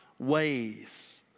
Ways